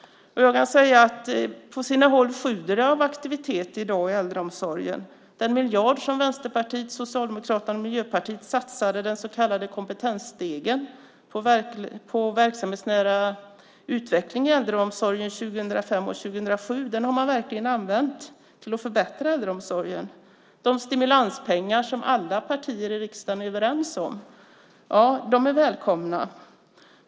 På sina håll sjuder det i dag av aktivitet i äldreomsorgen. Den miljard som Vänsterpartiet, Socialdemokraterna och Miljöpartiet satsade på den så kallade Kompetensstegen med verksamhetsnära utveckling i äldreomsorgen 2005-2007 har man verkligen använt för att förbättra äldreomsorgen. De stimulanspengar som alla partier i riksdagen är överens om är välkomna.